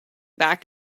back